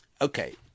Okay